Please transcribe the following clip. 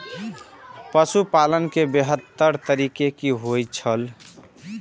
पशुपालन के बेहतर तरीका की होय छल?